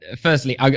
firstly